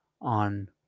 on